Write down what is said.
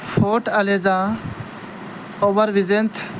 fort eliza over vision